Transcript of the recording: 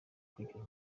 kugira